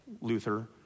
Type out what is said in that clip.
Luther